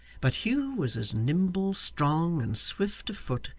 but hugh was as nimble, strong, and swift of foot,